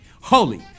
Holy